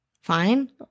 Fine